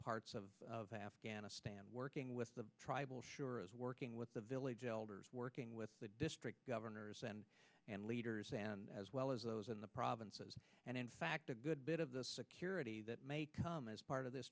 parts of afghanistan working with the tribal sure as working with the village elders working with the district governors and leaders and as well as those in the provinces and in fact a good bit of the security that may come as part of this